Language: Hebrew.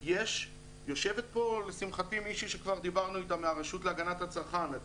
יושבת פה מישהי מהגנת הצרכן שכבר דיברנו איתה.